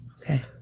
Okay